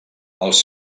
als